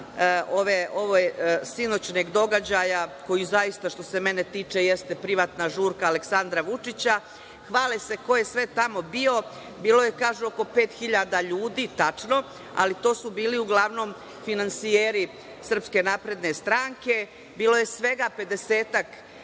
ovog sinoćnog događaja koji zaista što se mene tiče jeste privatna žurka Aleksandra Vučića. Hvale se ko je sve tamo bio, bilo je kažu oko 5.000 ljudi tačno, ali to su bili uglavnom finansijeri Srpske napredne stranke, bilo je svega pedesetak